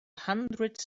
hundreds